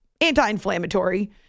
anti-inflammatory